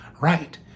right